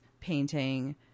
painting